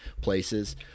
places